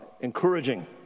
encouraging